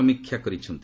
ସମୀକ୍ଷା କରିଛନ୍ତି